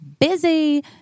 busy